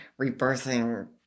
rebirthing